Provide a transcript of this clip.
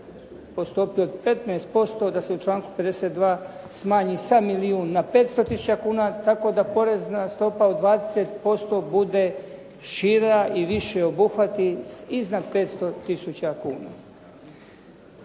po stopi od 15% da se u članku 52 smanji sa milijun na 500000 kuna, tako da porezna stopa od 20% bude šira i više obuhvati iznad 500000 kuna.